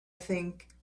think